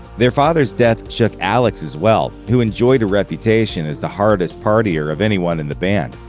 their father's death shook alex as well, who enjoyed a reputation as the hardest partier of anyone in the band.